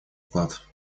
вклад